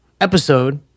episode